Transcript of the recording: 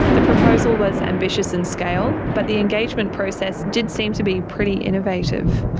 the proposal was ambitious in scale, but the engagement process did seem to be pretty innovative.